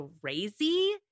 crazy